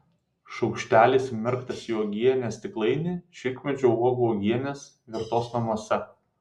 šaukštelis įmerktas į uogienės stiklainį šilkmedžio uogų uogienės virtos namuose